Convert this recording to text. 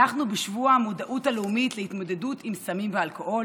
אנחנו בשבוע המודעות הלאומית להתמודדות עם סמים ואלכוהול.